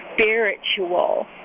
spiritual